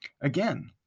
Again